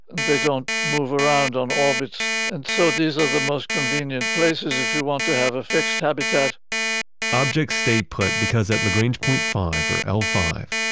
they don't move around on orbits. and so these are the most convenient places if you want to have a fixed habitat objects stay put because at lagrange point five, or l five,